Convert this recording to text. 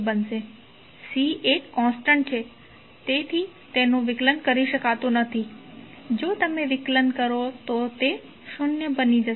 C એક constant છે તેથી તેનુ વિકલન કરી શકાતુ નથી જો તમે વિકલન કરો તો તે શૂન્ય થઈ જશે